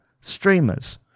streamers